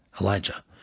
Elijah